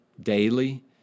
daily